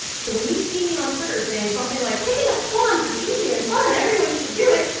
so, when you see me on twitter saying something like picking up swans is easy and fun, everyone should do it,